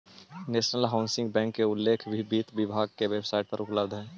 national Housing Bank के उल्लेख भी वित्त विभाग के वेबसाइट पर उपलब्ध हइ